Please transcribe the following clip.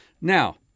Now